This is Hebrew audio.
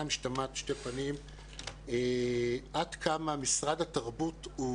משתמעת לשתי פנים עד כמה מוסדות התרבות,